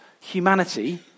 humanity